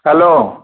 हलो